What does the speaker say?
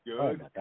good